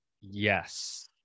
Yes